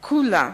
כולה,